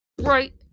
right